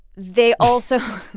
they also.